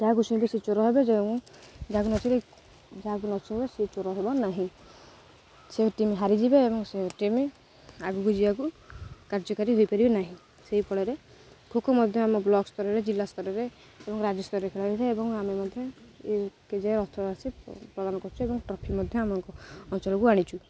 ଯାହାକୁ ଛୁଇଁବେ ସେ ଚୋର ହେବେ ଯେ ଯାହାକୁ ନ ଛୁଇଁବ ଯାହାକୁ ନ ଛୁଇଁବେ ସେ ଚୋର ହେବ ନାହିଁ ସେ ଟିମ୍ ହାରିଯିବେ ଏବଂ ସେ ଟିମ୍ ଆଗକୁ ଯିବାକୁ କାର୍ଯ୍ୟକାରୀ ହୋଇପାରିବେ ନାହିଁ ସେହି ଫଳରେ ଖୋଖୋ ମଧ୍ୟ ଆମ ବ୍ଲକ୍ ସ୍ତରରେ ଜିଲ୍ଲା ସ୍ତରରେ ଏବଂ ରାଜ୍ୟ ସ୍ତରରେ ଖେଳା ହୋଇଥାଏ ଏବଂ ଆମେ ମଧ୍ୟ ଏ କେତେ ଜଣ ଅର୍ଥ ରାଶି ପ୍ରଦାନ କରୁଛୁ ଏବଂ ଟ୍ରଫି ମଧ୍ୟ ଆମ ଅଞ୍ଚଳକୁ ଆଣିଛୁ